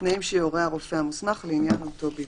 בתנאים שיורה הרופא המוסמך לעניין אותו בידוד.